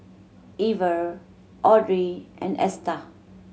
Iver Audrey and Esta